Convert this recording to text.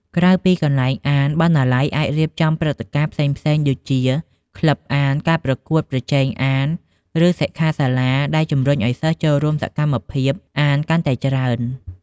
ក្រៅពីជាកន្លែងអាន បណ្ណាល័យអាចរៀបចំព្រឹត្តិការណ៍ផ្សេងៗដូចជា ក្លឹបអាន ការប្រកួតប្រជែងអាន ឬសិក្ខាសាលា ដែលជំរុញឱ្យសិស្សចូលរួមសកម្មភាពអានកាន់តែច្រើន។